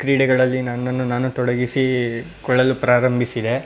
ಕ್ರೀಡೆಗಳಲ್ಲಿ ನನ್ನನ್ನು ನಾನು ತೊಡಗಿಸಿಕೊಳ್ಳಲು ಪ್ರಾರಂಭಿಸಿದೆ